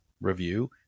review